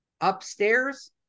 upstairs